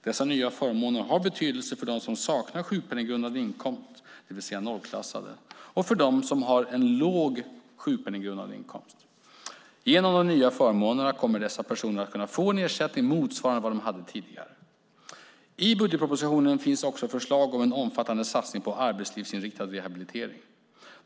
Dessa nya förmåner har betydelse för dem som saknar sjukpenninggrundande inkomst, det vill säga nollklassade, och för dem som har en låg sjukpenninggrundande inkomst. Genom de nya förmånerna kommer dessa personer att kunna få en ersättning motsvarande vad de hade tidigare. I budgetpropositionen finns också förslag om en omfattande satsning på arbetslivsinriktad rehabilitering.